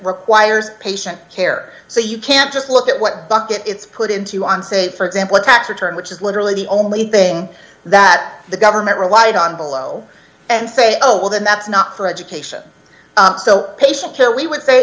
requires patient care so you can't just look at what bucket it's put in to on say for example a tax return which is literally the only thing that the government relied on below and say oh well then that's not for education so patient care we would say